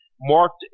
marked